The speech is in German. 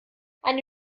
eine